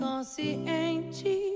Consciente